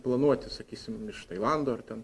planuoti sakysim iš tailando ar ten